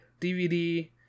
DVD